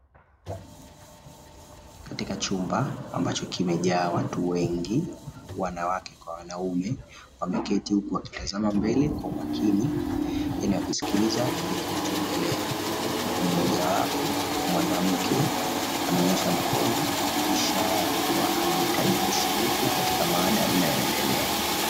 Katika chumba ambacho kimejaa watu wengi (wanawake kwa wanaume). Wameketi huku wakitazama mbele kwa umakini yaani wakisikiliza kile kinachoendelea, huku mmoja wapo (mwanamke) amenyoosha mkono ishara ya kuwa anahitaji kushiriki katika mada inayoendelea.